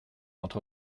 entre